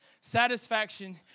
satisfaction